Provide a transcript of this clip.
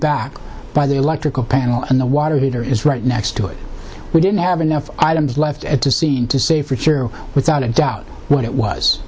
back by the electrical panel and the water heater is right next to it we didn't have enough items left at the scene to say for sure without a doubt what it was